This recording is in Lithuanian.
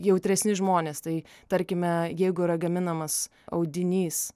jautresni žmonės tai tarkime jeigu yra gaminamas audinys